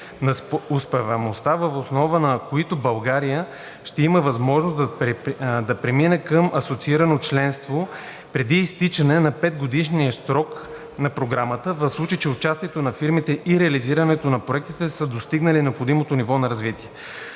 на успеваемостта, въз основа на който България ще има възможност да премине към асоциирано членство преди изтичане на петгодишния срок на програмата, в случай че участието на фирмите и реализирането на проектите са достигнали необходимото ниво на развитие.